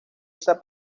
esa